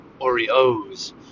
Oreos